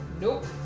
Nope